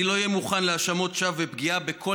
אני לא אהיה מוכן להאשמות שווא ולפגיעה בכל